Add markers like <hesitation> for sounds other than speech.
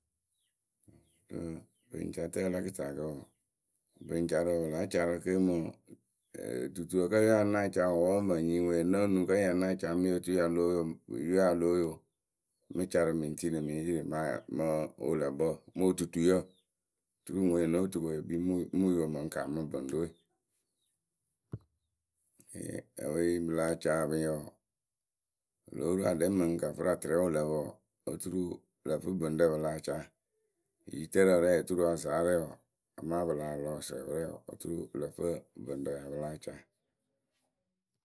<hesitation> bɨŋcatǝyǝ la kɨtakǝ wǝǝ, bɨŋcarǝ wǝǝ pɨ láa ca rɨ ke mɨ <hesitation> duturǝ kǝ́ yǝ we ŋ ya ŋ náa ca wǝǝ wǝ́ mɨŋ nyiyǝ ŋwe ŋ no nuŋ kǝ́ ŋ ya náa ca oturu yǝ we ya lóo yo yǝ we ya lóo yo. Ŋ mɨ ca rɨ mɨ ŋ tiini mɨ ŋ yiili maa mɨɨ wɨlǝkpǝ mɨ otutuyǝ oturu ŋwe no otukoŋyǝ yɨ kpii ŋ mɨ yo mɨ kaa mɨ bɨŋrǝ we. <hesitation> pɨ láa ca ǝpɨŋyǝ wǝǝ wɨ lóo ru aɖɛ mɨ ŋ kafɨra tɨrɛ wɨ lǝ pǝ wǝǝ oturu pɨ lǝ fɨ bɨŋrǝ pɨ lah ca. Yitǝrǝ rɛ oturu azaa rɛ wǝǝ amaa pɨ lah lɔ ǝsǝǝpǝ rɛ wǝǝ oturu pɨ lǝ fɨ bɨŋrǝ pɨ ya pɨ láa ca.